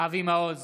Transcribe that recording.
אבי מעוז,